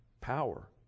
power